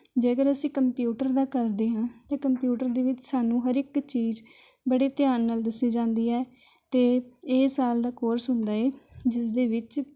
ਜੇਕਰ ਅਸੀਂ ਕੰਪਿਊਟਰ ਦਾ ਕਰਦੇ ਹਾਂ ਅਤੇ ਕੰਪਿਊਟਰ ਦੇ ਵਿੱਚ ਸਾਨੂੰ ਹਰ ਇੱਕ ਚੀਜ਼ ਬੜੇ ਧਿਆਨ ਨਾਲ ਦੱਸੀ ਜਾਂਦੀ ਹੈ ਅਤੇ ਇਹ ਸਾਲ ਦਾ ਕੋਰਸ ਹੁੰਦਾ ਹੈ ਜਿਸ ਦੇ ਵਿੱਚ